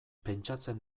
pentsatzen